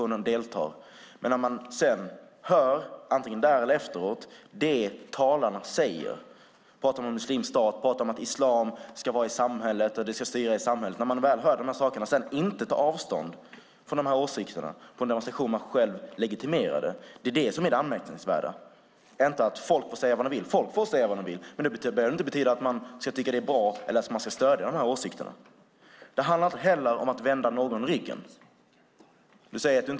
Men att man när man sedan hör, antingen där eller efteråt, det talarna säger - om en muslimsk stat, om att islam ska styra i samhället - inte tar avstånd från de åsikterna, som uttalats på en demonstration man själv legitimerade, är anmärkningsvärt. Folk får säga vad de vill. Men det behöver inte betyda att man ska tycka att det är bra eller att man ska stödja de åsikterna. Det handlar inte heller om att vända någon ryggen.